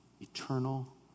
eternal